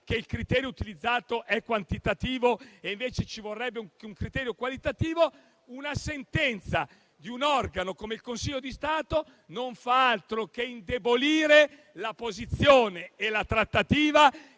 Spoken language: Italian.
che il criterio utilizzato è quantitativo e che invece ce ne vorrebbe uno qualitativo, la sentenza di un organo come il Consiglio di Stato non fa altro che indebolire la posizione che il